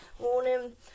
morning